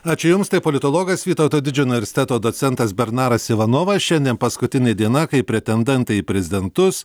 ačiū jums tai politologas vytauto didžiojo universiteto docentas bernaras ivanovas šiandien paskutinė diena kai pretendentai į prezidentus